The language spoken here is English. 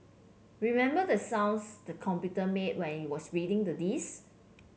remember the sounds the computer made when it was reading the disk